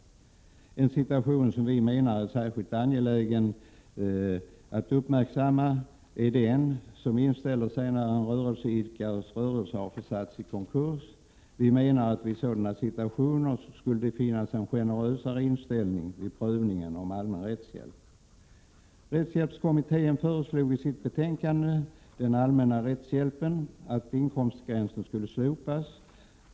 En situation som vi menar är särskilt angelägen att uppmärksamma är den som inställer sig när en näringsidkares rörelse har försatts i konkurs. Vi menar att det vid sådana situationer skulle finnas en generösare inställning vid prövningen av allmän rättshjälp. Rättshjälpskommittén föreslog i sitt betänkande Den allmänna rättshjälpen att inkomstgränsen skulle slopas.